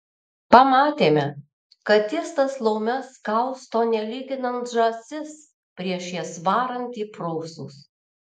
pamatėme kad jis tas laumes kausto nelyginant žąsis prieš jas varant į prūsus